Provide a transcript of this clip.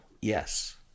yes